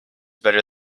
better